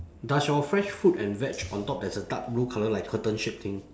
does your fresh fruit and veg on top there's a dark blue colour like curtain shape thing